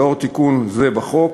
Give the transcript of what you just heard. לאור תיקון זה בחוק,